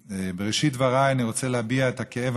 בראשית דבריי אני רוצה להביע את הכאב